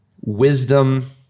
wisdom